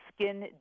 Skin